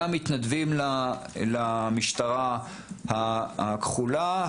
גם מתנדבים למשטרה הכחולה.